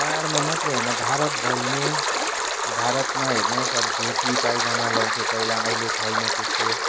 पाहाडमै मात्रै होइन भारतभरि नै भारतमा हेर्नुहोस् अब धोती पाइजामा लाउँथ्यो पहिला अहिले छैन त्यस्तो